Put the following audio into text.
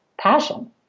passion